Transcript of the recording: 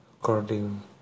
according